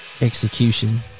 execution